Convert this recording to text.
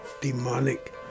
demonic